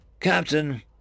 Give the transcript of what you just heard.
Captain